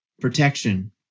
protection